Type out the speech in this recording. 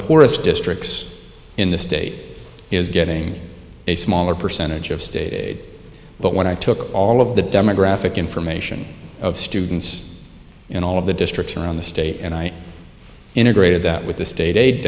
poorest districts in the state is getting a smaller percentage of state aid but when i took all of the demographic information of students in all of the districts around the state and i integrated that with the state aid